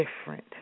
different